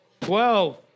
Twelve